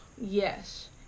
Yes